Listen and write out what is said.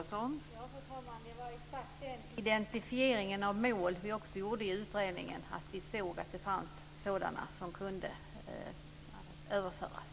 Fru talman! Det var exakt den identifieringen av mål vi gjorde i utredningen. Vi såg att det fanns sådana typer av mål som kunde överföras.